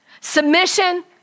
Submission